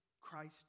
Christ